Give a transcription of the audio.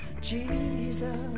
jesus